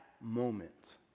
moment